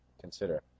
consider